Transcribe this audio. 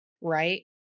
right